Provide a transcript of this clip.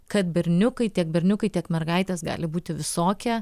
kad berniukai tiek berniukai tiek mergaitės gali būti visokie